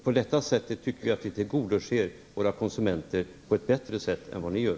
På detta sätt tycker vi att vi tillgodoser våra konsumenters behov på ett bättre sätt än vad ni gör.